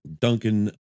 Duncan